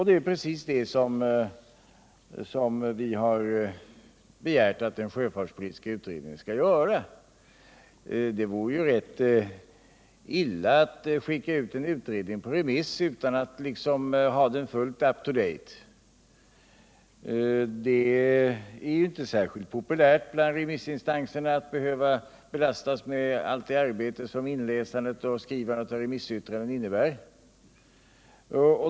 Det är precis vad vi har begärt att sjöfartspolitiska utredningen skall göra. Det vore rätt illa att skicka ut en utredning på remiss, om den inte är fullt up to date. Det är inte särskilt populärt bland remissinstanserna att behöva belastas med allt det arbete som skrivandet av remissyttranden innebär.